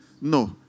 No